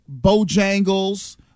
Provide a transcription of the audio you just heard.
Bojangles